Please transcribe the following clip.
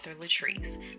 Latrice